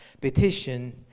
petition